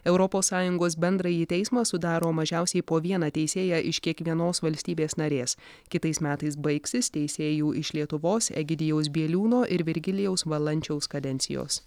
europos sąjungos bendrąjį teismą sudaro mažiausiai po vieną teisėją iš kiekvienos valstybės narės kitais metais baigsis teisėjų iš lietuvos egidijaus bieliūno ir virgilijaus valančiaus kadencijos